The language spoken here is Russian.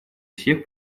всех